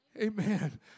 Amen